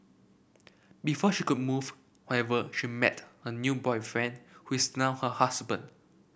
before she could move however she met her new boyfriend who is now her husband